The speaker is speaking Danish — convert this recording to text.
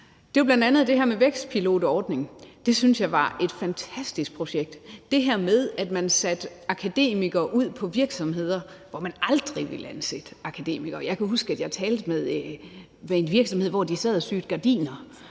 det her med en vækstpilotordning, som jeg synes var et fantastisk projekt – det her med, at man satte akademikere ud på virksomheder, hvor man aldrig ville ansætte akademikere. Jeg kan huske, at jeg talte med en virksomhed, hvor de sad og syede gardiner,